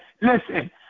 listen